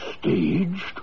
Staged